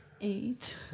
Eight